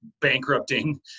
bankrupting